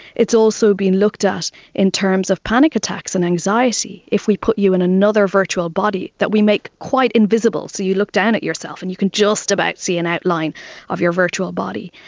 it's also being looked at in terms of panic attacks and anxiety. if we put you in another virtual body that we make quite invisible, so you look down at yourself and you can just about see an outline of your virtual body,